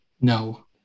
No